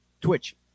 Twitch